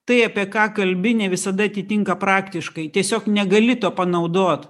tai apie ką kalbi ne visada atitinka praktiškai tiesiog negali to panaudot